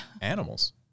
animals